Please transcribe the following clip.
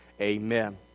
Amen